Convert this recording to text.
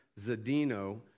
Zadino